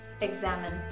Examine